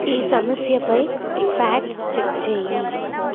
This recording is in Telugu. ఈ సమస్యపై ఫ్యాక్ట్స్ చెక్ చెయ్యి